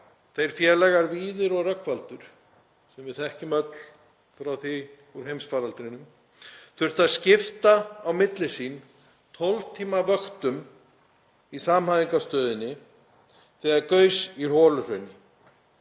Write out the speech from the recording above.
þeir félagar Víðir og Rögnvaldur, sem við þekkjum öll frá því úr heimsfaraldrinum, þurftu að skipta á milli sín 12 tíma vöktum í samhæfingarstöðinni þegar gaus í Holuhrauni.